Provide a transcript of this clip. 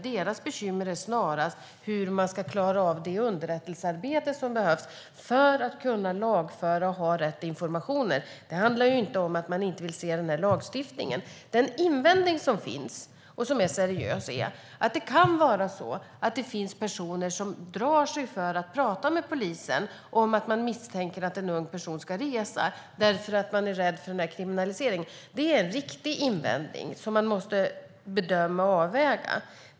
Deras bekymmer är snarast hur man ska klara av det underrättelsearbete som behövs för att kunna lagföra och ha rätt informationer. Det handlar inte om att man inte vill ha den där lagstiftningen. Den seriösa invändning som finns är att det kan vara så att det finns personer som drar sig för att prata med polisen om att de misstänker att en ung person ska resa, då de är rädda för kriminalisering. Det är en riktig invändning som man måste bedöma och avväga.